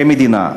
כמדינה,